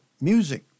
music